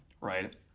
right